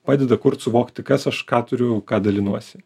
padeda kurt suvokti kas aš ką turiu ką dalinuosi